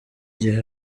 gihe